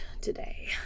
today